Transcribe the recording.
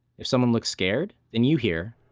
if someone looks scared, then you hear